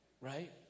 Right